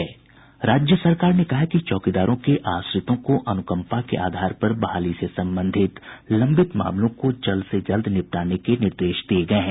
राज्य सरकार ने कहा है कि चौकीदारों के आश्रितों को अनुकंपा के आधार पर बहाली से संबंधित लंबित मामलों को जल्द से जल्द निपटाने के निर्देश दिये गये हैं